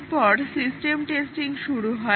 এরপর system testing শুরু হয়